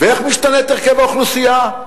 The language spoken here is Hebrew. ואיך משתנה הרכב האוכלוסייה?